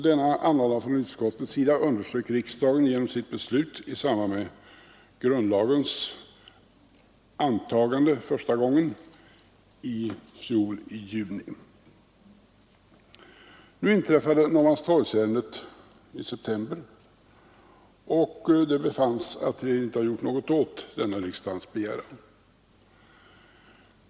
Denna anhållan underströk riksdagen genom sitt beslut i samband med det första antagandet av de nya grundlagarna i juni i fjol. Sedan inträffade Norrmalmstorgshändelserna i september, och det befanns då att man inte hade gjort något med anledning av denna riksdagens begäran.